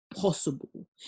possible